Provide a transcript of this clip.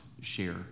share